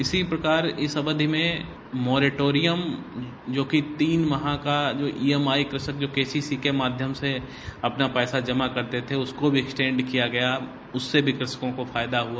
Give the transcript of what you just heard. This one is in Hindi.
इसी प्रकार इस अवधि में मोरिटोयिम जोकि तीन माह का इएमआई कृषक जो केसीसी के माध्यम से अपना पैसा जमा करते थे उसे भी स्टेंड किया गया उससे भी कृषकों को फायदा हुआ